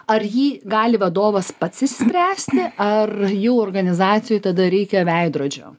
ar jį gali vadovas pats išspręsti ar jau organizacijoj tada reikia veidrodžio